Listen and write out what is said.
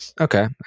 okay